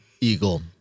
eagle